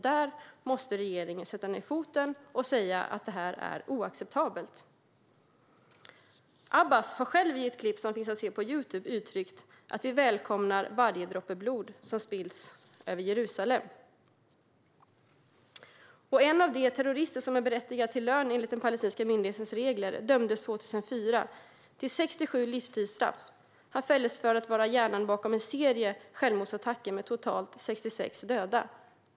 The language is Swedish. Där måste regeringen sätta ned foten och säga att det är oacceptabelt. Abbas har själv i ett klipp som finns att se på Youtube uttryckt: Vi välkomnar varje droppe blod som spills över Jerusalem. En av de terrorister som är berättigad till lön enligt den palestinska myndighetens regler dömdes 2004 till 67 livstidsstraff. Han fälldes för att vara hjärnan bakom en serie självmordsattacker med totalt 66 döda.